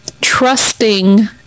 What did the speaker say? Trusting